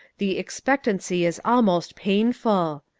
the expectancy is almost painful.